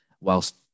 whilst